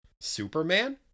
Superman